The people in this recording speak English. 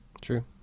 True